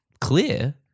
clear